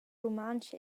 rumantsch